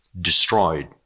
destroyed